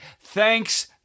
Thanks